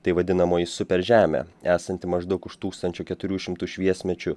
tai vadinamoji super žemė esanti maždaug už tūkstančio keturių šimtų šviesmečių